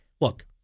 look